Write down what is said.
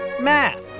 Math